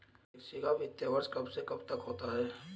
कृषि का वित्तीय वर्ष कब से कब तक होता है?